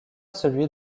celui